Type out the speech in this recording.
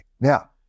now